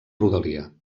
rodalia